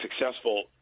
successful